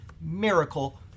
miracle